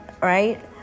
right